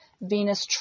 Venus